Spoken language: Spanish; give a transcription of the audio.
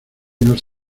nos